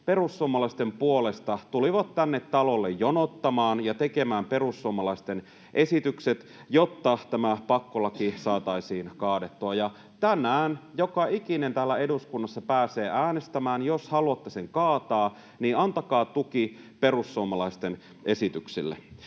perussuomalaisten puolesta tulivat tänne talolle jonottamaan ja tekemään perussuomalaisten esitykset, jotta tämä pakkolaki saataisiin kaadettua. Ja tänään joka ikinen täällä eduskunnassa pääsee äänestämään. Jos haluatte sen kaataa, niin antakaa tuki perussuomalaisten esitykselle.